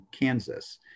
Kansas